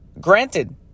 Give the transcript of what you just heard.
granted